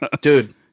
dude